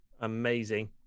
Amazing